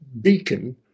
beacon